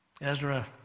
Ezra